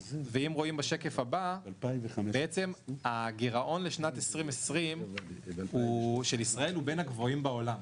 בשקף הבא רואים שהגירעון של ישראל לשנת 2020 הוא בין הגבוהים בעולם.